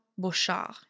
Bouchard